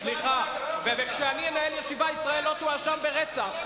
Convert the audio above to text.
סליחה, כשאני מנהל ישיבה ישראל לא תואשם בה ברצח.